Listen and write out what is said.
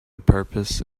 purpose